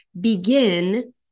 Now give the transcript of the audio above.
begin